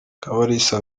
kabalisa